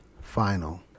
final